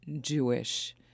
Jewish